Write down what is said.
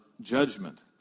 judgment